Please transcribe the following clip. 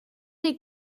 des